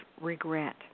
regret